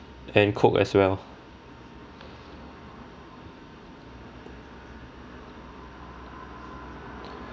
and coke as well